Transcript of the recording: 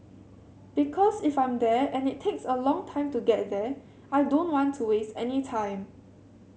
because if I'm there and it takes a long time to get there I don't want to waste any time